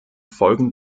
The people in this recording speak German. folgen